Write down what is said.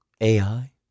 AI